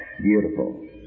beautiful